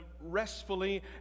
restfully